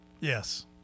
Yes